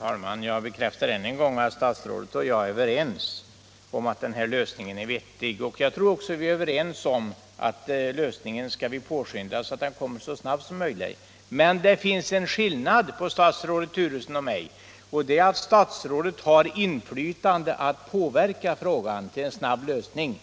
Herr talman! Jag bekräftar än en gång att herr statsrådet och jag är överens om att den här lösningen är vettig. Jag tror också att vi är överens om att framställningen av denna typ av katalog skall påskyndas, så att den kommer ut så snabbt som möjligt. Men det finns en skillnad mellan statsrådet Turesson och mig, och den är att statsrådet har inflytande och möjlighet att påverka frågan till en snabb lösning.